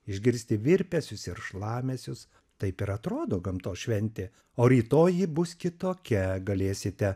išgirsti virpesius ir šlamesius taip ir atrodo gamtos šventė o rytoj ji bus kitokia galėsite